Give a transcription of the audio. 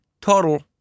total